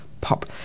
pop